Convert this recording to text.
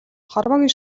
хорвоогийн